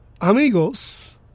Amigos